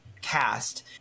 cast